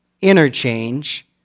interchange